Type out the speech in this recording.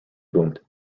boomed